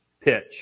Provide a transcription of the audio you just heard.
pitch